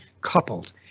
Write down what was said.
coupled